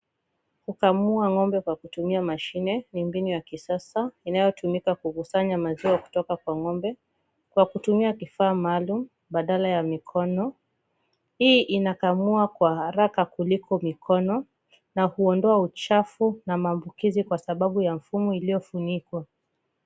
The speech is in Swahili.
Kukamua ng'ombe kwa kutumia mashine ni mbinu ya kisasa inayotumiwa kukusanya maziwa kutoka kwa ng'ombe kwa kutumia kifaa maalum badala ya mkono. Hii inakamua kwa haraka kuliko mikono na huondoa uchafu na maambukizi kwa sababu ya mfumo iliyofunikwa.